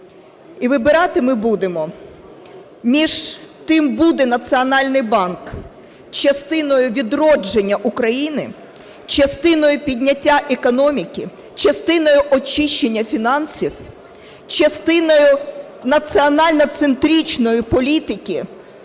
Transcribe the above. І вибирати ми будемо між тим, буде Національний банк частиною відродження України, частиною підняття економіки, частиною очищення фінансів, частиною національно-центричної політики,